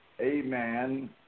amen